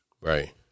Right